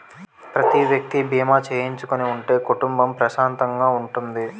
ప్రతి వ్యక్తి బీమా చేయించుకుని ఉంటే కుటుంబం ప్రశాంతంగా ఉంటుంది